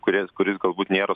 kuris kuris galbūt nėra